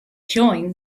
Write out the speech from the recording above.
join